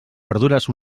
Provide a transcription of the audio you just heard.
verdures